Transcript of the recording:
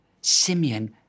Simeon